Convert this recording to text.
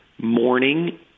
morning